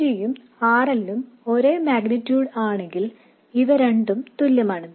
R Dയും R Lല്ലും ഒരേ അളവ് ആണെങ്കിൽ ഇവ രണ്ടും തുല്യമാണ്